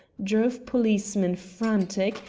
drove policemen frantic,